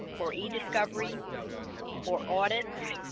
or e-discovery or audits